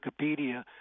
Wikipedia